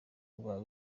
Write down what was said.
rwa